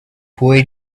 boy